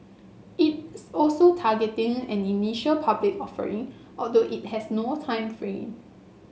it's also targeting an initial public offering although it has no time frame